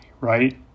right